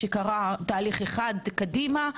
קרה תהליך אחד קדימה.